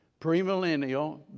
premillennial